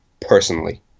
personally